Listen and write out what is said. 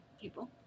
people